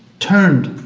turned,